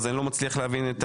אני לא מצליח להבין אתה